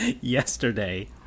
yesterday